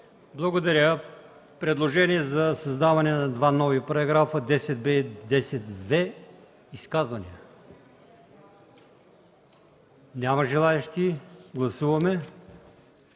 Благодаря. По предложението за създаване на два нови параграфа 10б и 10в има ли изказвания? Няма желаещи. Гласуваме